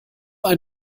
ein